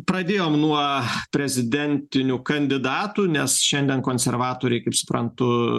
pradėjome nuo prezidentinių kandidatų nes šiandien konservatoriai kaip suprantu